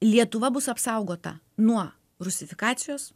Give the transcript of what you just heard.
lietuva bus apsaugota nuo rusifikacijos